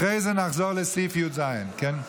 אחרי זה נחזור לסעיף י"ז, כן?